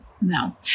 No